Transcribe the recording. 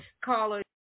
caller